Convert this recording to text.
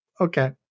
Okay